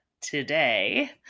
today